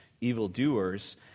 evildoers